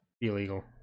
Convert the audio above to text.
illegal